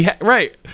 Right